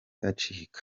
acika